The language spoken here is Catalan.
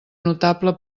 notable